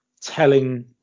telling